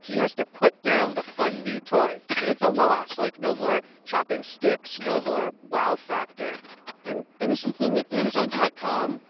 he has to put down the fun, new toy. and it's a loss. like, no more chopping sticks. no more wow factor and and this is the thing that amazon dot com